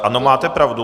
Ano, máte pravdu.